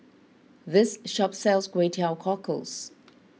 this shop sells Kway Teow Cockles